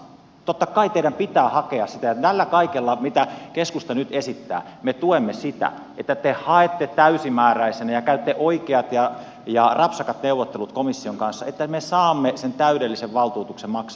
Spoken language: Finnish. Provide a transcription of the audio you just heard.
totta kai teidän pitää hakea sitä ja tällä kaikella mitä keskusta nyt esittää me tuemme sitä että te haette täysimääräisenä ja käytte oikeat ja rapsakat neuvottelut komission kanssa että me saamme sen täydellisen valtuutuksen maksaa tätä